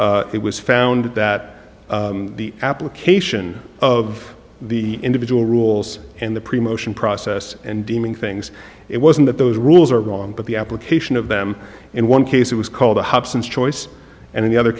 it was found that the application of the individual rules and the pre motion process and deeming things it wasn't that those rules are wrong but the application of them in one case it was called a hobson's choice and the othe